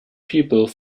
people